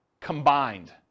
combined